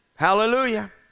Hallelujah